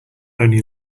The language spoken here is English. only